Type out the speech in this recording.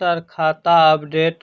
sir खाता update